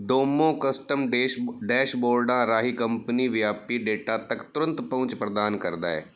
Domo custom dash ਡੈਸ਼ਬੋਰਡਾਂ ਰਾਹੀਂ company ਵਿਆਪੀ ਡੇਟਾ ਤੱਕ ਤੁਰੰਤ ਪਹੁੰਚ ਪ੍ਰਦਾਨ ਕਰਦਾ ਹੈ